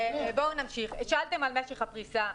שאלתם על משך הפריסה.